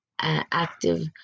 active